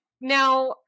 now